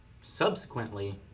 Subsequently